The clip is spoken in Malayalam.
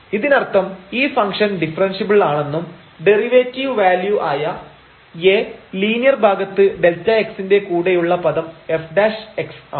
ഇതിനർത്ഥം ഈ ഫംഗ്ഷൻ ഡിഫറെൻഷ്യബിൾ ആണെന്നും ഡെറിവേറ്റീവ് വാല്യൂ ആയ A ലീനിയർ ഭാഗത്ത് Δx ന്റെ കൂടെയുള്ള പദം f ആണ്